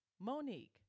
Monique